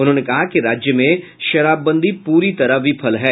उन्होंने कहा कि राज्य में शराबबंदी पूरी तरफ विफल है